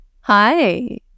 Hi